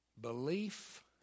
Belief